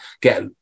get